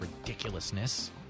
ridiculousness